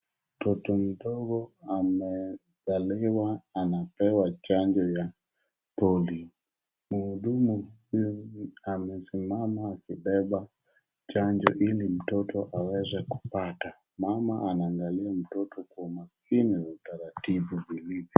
Mtoto mdogo amezaliwa anapewa chanjo ya polio. Mhudumu huyu amesimama akibeba chanjo ili mtoto aweze kupata mama anaangali mtoto kwa umakini na utaratibu vilivyo.